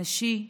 נשי,